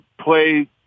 play